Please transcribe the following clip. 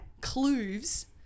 clues